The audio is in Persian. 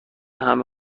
همه